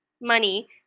money